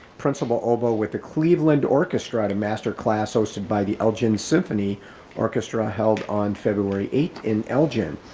principal oboe with the cleveland orchestra at a masterclass hosted by the elgin symphony orchestra held on february eighth in elgin.